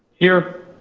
here.